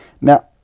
Now